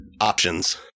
options